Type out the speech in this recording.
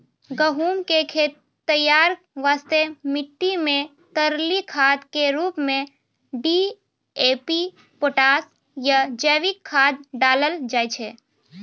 गहूम के खेत तैयारी वास्ते मिट्टी मे तरली खाद के रूप मे डी.ए.पी पोटास या जैविक खाद डालल जाय छै